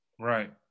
right